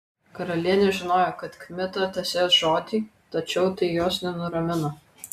karalienė žinojo kad kmita tesės žodį tačiau tai jos nenuramino